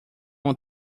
uma